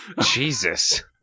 Jesus